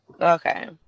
okay